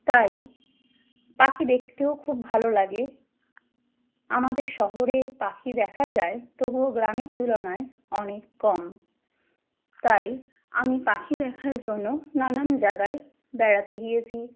তাই পাখি দেখতেও খুব ভালো লাগে আমাদের শহরে পাখি দেখা যায় তবুও গ্রামের তুলনায় অনেক কম তাই আমি পাখি দেখার জন্য নানান জায়গায় বেড়াতে গিয়েছি